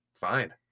Fine